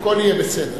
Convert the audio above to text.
הכול יהיה בסדר.